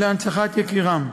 להנצחת זכר יקירן.